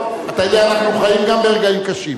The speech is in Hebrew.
אתה יודע, אנחנו חיים גם ברגעים קשים.